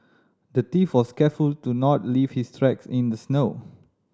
the thief was careful to not leave his tracks in the snow